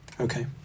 Okay